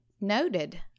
Noted